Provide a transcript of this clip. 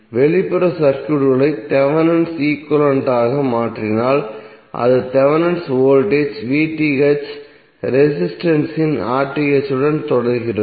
வெளிப்புற சர்க்யூட்களை Thevenin equivalent ஆக மாற்றினால் அது தேவெனின் வோல்டேஜ் ஐ ரெசிஸ்டன்ஸ் இல் உடன் தொடர்கிறது